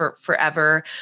forever